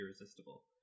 irresistible